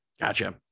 gotcha